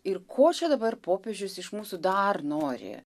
ir ko čia dabar popiežius iš mūsų dar nori